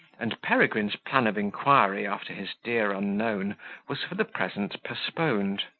and peregrine's plan of inquiry after his dear unknown was for the present postponed.